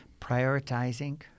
prioritizing